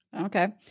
Okay